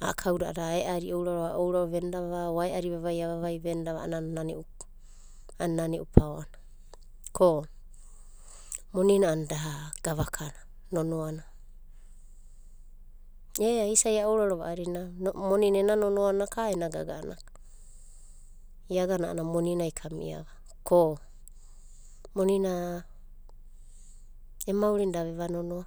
A'a kauda a'ada ae'adi ouraro veni ama ouraro venida o ae'adi vavai avavaiva vendava a'ana nana e'u pa'oa na. Ko monina a'ana da gava ka nonoa na. Ea isa'i a ourarova a'adina monina ena nonoana ka ena gaga'ana ka. Iagana a'ana moninai kamiava ko monina em maurina da veva nonoa.